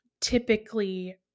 typically